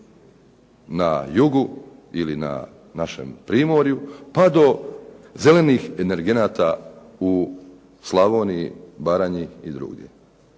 na jugu ili na našem Primorju, pa do zelenih energenata u Slavoniji, Baranji i drugdje.